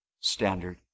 standard